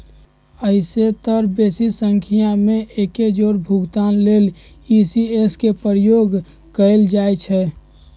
अइसेए तऽ बेशी संख्या में एके जौरे भुगतान लेल इ.सी.एस के प्रयोग कएल जाइ छइ